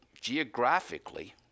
geographically